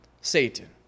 Satan